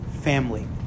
family